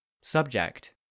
Subject